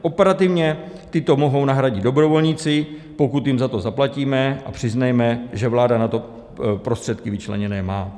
Operativně tyto mohou nahradit dobrovolníci, pokud jim za to zaplatíme, a přiznejme, že vláda na to prostředky vyčleněny má.